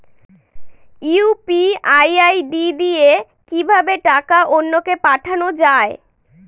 UPI ID দিয়ে কিভাবে টাকা অন্য কে পাঠানো যায়?